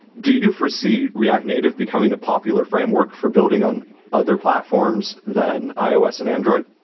do you foresee react native becoming a popular framework for building on other platforms than ios and android?